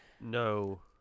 No